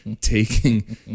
taking